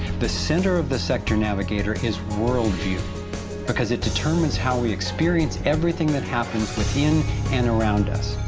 the center of the sector navigator is worldview because it determines how we experience everything that happens within and around us.